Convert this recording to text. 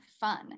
fun